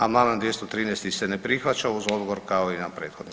Amandman 213. se ne prihvaća uz odgovor kao i na prethodni.